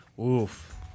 Oof